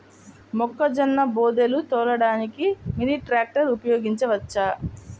మొక్కజొన్న బోదెలు తోలడానికి మినీ ట్రాక్టర్ ఉపయోగించవచ్చా?